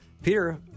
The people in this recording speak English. Peter